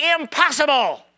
Impossible